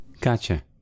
Gotcha